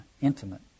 intimate